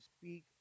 speak